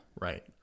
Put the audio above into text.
Right